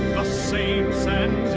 saints' and